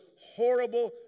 horrible